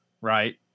right